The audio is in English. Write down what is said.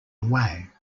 away